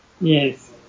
Yes